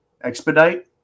expedite